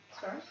Sorry